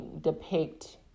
depict